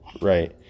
Right